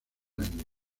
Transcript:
año